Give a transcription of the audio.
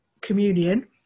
communion